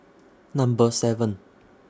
Number seven